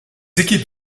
équipes